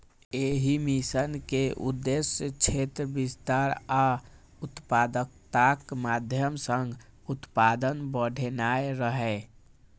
एहि मिशन के उद्देश्य क्षेत्र विस्तार आ उत्पादकताक माध्यम सं उत्पादन बढ़ेनाय रहै